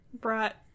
brought